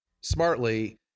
smartly